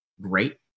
great